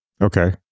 Okay